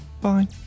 bye